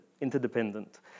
interdependent